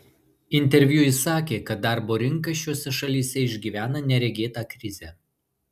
interviu ji sakė kad darbo rinka šiose šalyse išgyvena neregėtą krizę